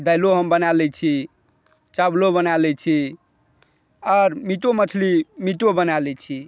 दालिओ हम बना लै छी चावलो बना लै छी आर मिटो मछली मीटो बना लै छी